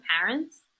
parents